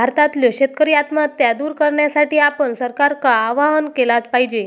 भारतातल्यो शेतकरी आत्महत्या दूर करण्यासाठी आपण सरकारका आवाहन केला पाहिजे